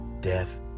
Death